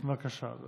בפתח הדברים,